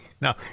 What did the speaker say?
No